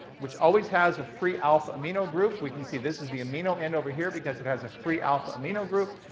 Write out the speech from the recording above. which always has a free alpha amino group. we can see this is the amino end over here because it has a free alpha amino group.